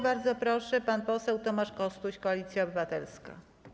Bardzo proszę, pan poseł Tomasz Kostuś, Koalicja Obywatelska.